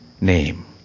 name